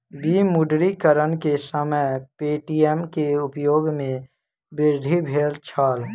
विमुद्रीकरण के समय पे.टी.एम के उपयोग में वृद्धि भेल छल